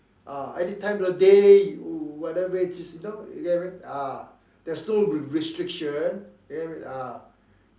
ah anything time of the day you whatever it is you know you get what I mean ah there's no restriction you get what I mean ah